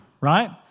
Right